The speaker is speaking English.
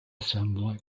assembly